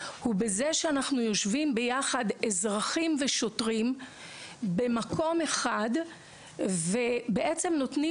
הוא בזה שאנחנו יושבים יחד אזרחים ושוטרים במקום אחד ובעצם נותנים